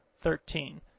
thirteen